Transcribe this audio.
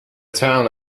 town